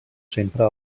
sempre